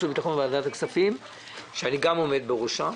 וביטחון וועדת הכספים שאני עומד בראשה.